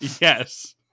Yes